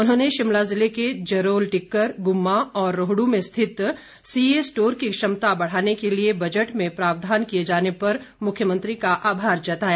उन्होंने शिमला जिले के जरोल टिक्कर गुम्मा और रोहडू में स्थित सीए स्टोर की क्षमता बढ़ाने के लिए बजट में प्रावधान किए जाने पर मुख्यमंत्री का आभार जताया